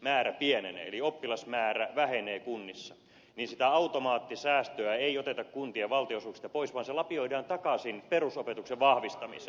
määrä pienenee eli oppilasmäärä vähenee kunnissa niin sitä automaattisäästöä ei oteta kuntien valtionosuuksista pois vaan se lapioidaan takaisin perusopetuksen vahvistamiseen